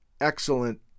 excellent